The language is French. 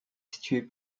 situés